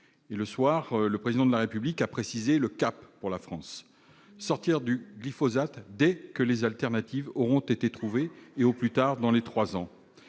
Le soir même, le Président de la République a précisé le cap pour la France : sortir du glyphosate dès que les alternatives auront été trouvées, et au plus tard dans les trois ans.